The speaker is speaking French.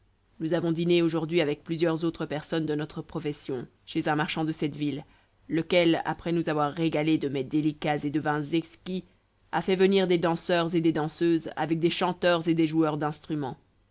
nous avons dîné aujourd'hui avec plusieurs autres personnes de notre profession chez un marchand de cette ville lequel après nous avoir régalés de mets délicats et de vins exquis a fait venir des danseurs et des danseuses avec des chanteurs et des joueurs d'instruments